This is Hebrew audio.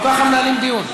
לא ככה מנהלים דיון.